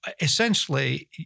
essentially